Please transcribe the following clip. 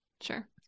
Sure